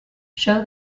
show